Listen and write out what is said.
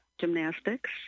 gymnastics